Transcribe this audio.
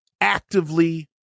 actively